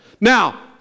Now